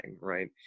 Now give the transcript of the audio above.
right